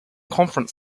conference